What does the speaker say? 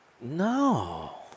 No